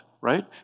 right